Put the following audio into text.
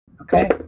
Okay